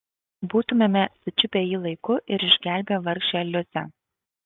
būtumėme sučiupę jį laiku ir išgelbėję vargšę liusę